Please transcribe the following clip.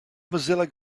mozilla